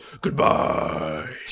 Goodbye